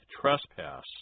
trespass